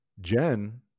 Jen